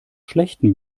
schlechten